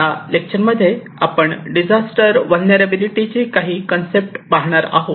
या लेक्चरमध्ये आपण डिझास्टर व्हलनेरलॅबीलीटीचे काही कन्सेप्ट पाहणार आहोत